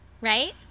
Right